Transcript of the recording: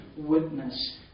witness